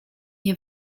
nie